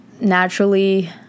naturally